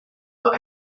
were